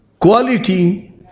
quality